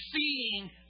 seeing